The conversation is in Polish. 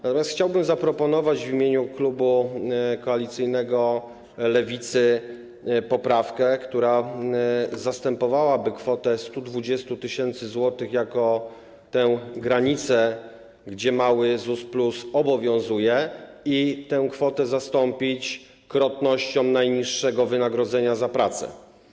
Natomiast chciałbym zaproponować w imieniu klubu koalicyjnego Lewicy poprawkę, która zastępowałaby kwotę 120 tys. zł jako tę granicę, gdzie mały ZUS+ obowiązuje, i tę kwotę zastąpić krotnością najniższego wynagrodzenia za pracę.